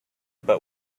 but